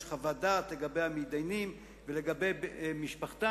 חוות דעת לגבי המתדיינים ולגבי משפחתם,